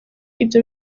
ibyo